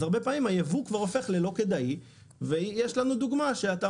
אז הרבה פעמים היבוא כבר הופך ללא כדאי ויש לנו דוגמה שאתה